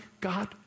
God